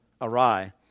awry